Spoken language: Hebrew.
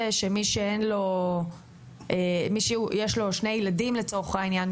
שמי שיש לו שני ילדים לצורך העניין,